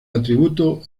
atributo